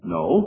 No